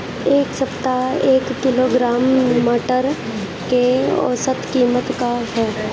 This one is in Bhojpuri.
एक सप्ताह एक किलोग्राम मटर के औसत कीमत का ह?